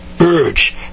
urge